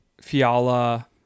fiala